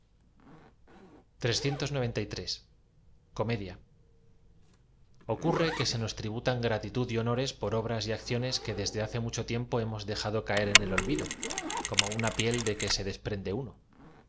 comedia ocurre que se nos tributan gratitud j honores por obras y acciones que desde hace mucho tiempo hemos dejado caer en el olvido como una piel de que se des prende uno